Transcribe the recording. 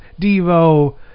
Devo